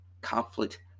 conflict